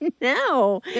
No